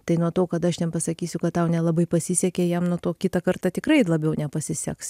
tai nuo to kad aš ten pasakysiu kad tau nelabai pasisekė jam nuo to kitą kartą tikrai labiau nepasiseks